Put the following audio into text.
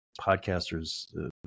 podcasters